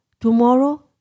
tomorrow